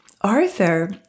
Arthur